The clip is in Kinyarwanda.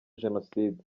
jenoside